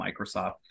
Microsoft